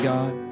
God